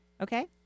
Okay